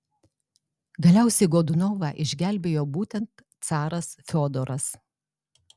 galiausiai godunovą išgelbėjo būtent caras fiodoras